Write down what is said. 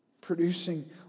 producing